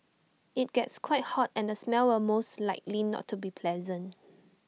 IT gets quite hot and the smell will most likely not be pleasant